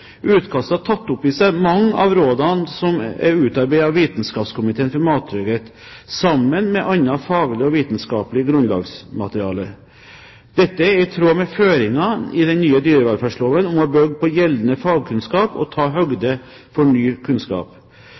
Utkastet har tatt opp i seg mange av rådene som er utarbeidet av Vitenskapskomiteen for mattrygghet, sammen med annet faglig og vitenskapelig grunnlagsmateriale. Dette er i tråd med føringene i den nye dyrevelferdsloven, å bygge på gjeldende fagkunnskap og ta høyde for ny kunnskap.